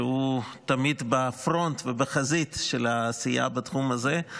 שהוא תמיד בפרונט ובחזית של העשייה בתחום הזה.